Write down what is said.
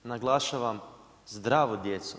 Naglašavam, zdravu djecu.